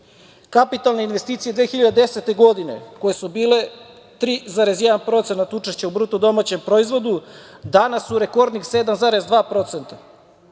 zemlji. Kapitalne investicije 2010. godine koje su bile 3,1% učešća u bruto domaćem proizvodu danas su rekordnih 7,2%,